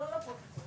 לא, לא לפרוטוקול.